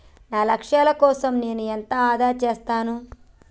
నా లక్ష్యాల కోసం నేను ఎంత ఆదా చేస్తాను?